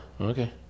Okay